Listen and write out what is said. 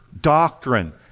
doctrine